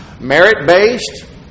merit-based